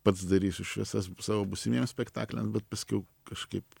pats darysiu šviesas savo būsimiem spektakliams bet paskiau kažkaip